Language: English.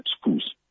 schools